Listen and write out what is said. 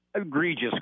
egregious